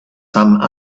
some